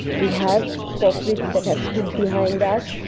we have corporates that have stood behind us,